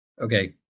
okay